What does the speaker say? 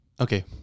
Okay